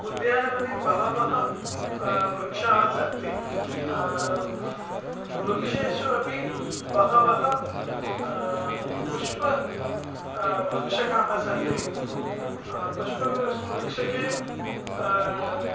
उद्यानवने बहवः वृक्षाः सन्ति वृक्षेषु अपि बहवः पुष्प वृक्षाः सन्ति पुष्प वृष् वृक्षे